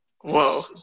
Whoa